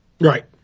Right